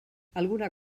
alguna